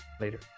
Later